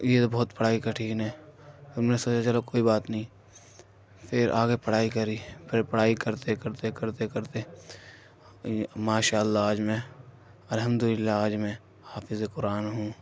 یہ تو بہت پڑھائی کٹھن ہے پھر میں نے سوچا چلو کوئی بات نہیں پھر آگے پڑھائی کری پھر پڑھائی کرتے کرتے کرتے کرتے ماشا اللہ آج میں الحمد للہ آج میں حافظ قرآن ہوں